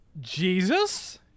Jesus